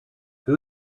who